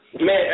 Man